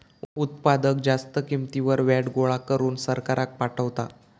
उत्पादक जास्त किंमतीवर व्हॅट गोळा करून सरकाराक पाठवता